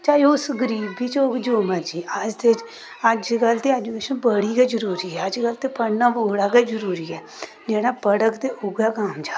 चाहे ओह् उस गरीबी च होग जो मर्जी अज्ज दे च अजकल्ल ते ऐजुकेशन बड़ी गै जरूरी ऐ अजकल्ल ते पढ़ना बड़ा गै जरूरी ऐ जेह्ड़ा पढ़ग ते उ'ऐ कामजाब ऐ